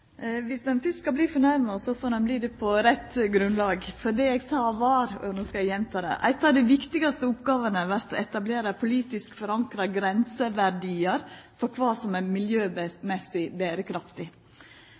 skal verta fornærma, får ein verta det på rett grunnlag, for det eg sa var – og no skal eg gjenta det: «Ein av dei viktigaste oppgåvene vert å etablera politisk forankra grenseverdiar for kva som er